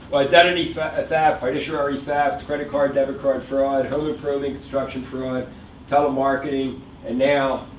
identity theft fiduciary theft credit card, debit card fraud home improvement, construction fraud telemarketing and now,